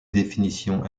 définition